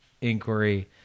inquiry